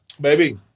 Baby